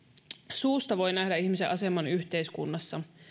suusta voi nähdä ihmisen aseman yhteiskunnassa